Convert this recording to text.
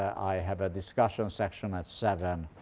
i have a discussion section at seven